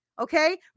okay